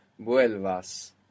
vuelvas